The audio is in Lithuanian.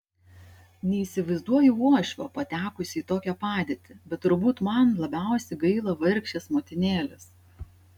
neįsivaizduoju uošvio patekusio į tokią padėtį bet turbūt man labiausiai gaila vargšės motinėlės